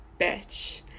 bitch